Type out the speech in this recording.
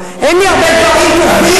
בשעת מיתתו,